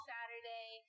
Saturday